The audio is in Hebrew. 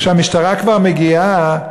כשהמשטרה כבר מגיעה,